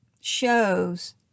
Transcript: shows